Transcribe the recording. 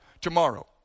tomorrow